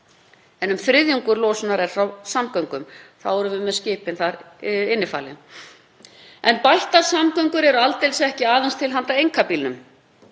en um þriðjungur losunar er frá samgöngum. Þá erum við með skipin þar innifalin. En bættar samgöngur eru aldeilis ekki aðeins til handa einkabílnum.